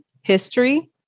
history